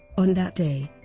on that day,